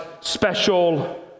special